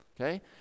okay